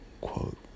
quote